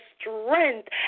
strength